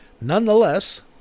nonetheless